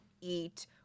eat